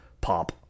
pop